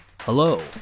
Hello